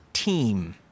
team